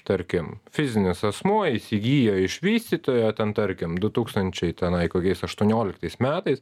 tarkim fizinis asmuo įsigijo iš vystytojo ten tarkim du tūkstančiai tenai kokiais aštuonioliktais metais